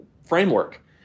framework